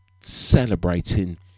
celebrating